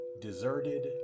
deserted